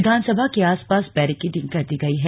विधानसभा के आसपास बैरिकेडिंग कर दी गई है